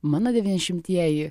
mano devyniasdešimtieji